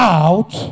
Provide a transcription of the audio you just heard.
out